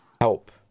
help